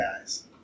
guys